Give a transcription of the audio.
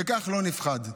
וכך לא נפחד.